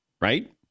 right